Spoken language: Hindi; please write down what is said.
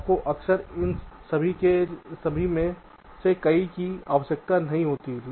आपको अक्सर उन सभी में से कई की आवश्यकता नहीं होती है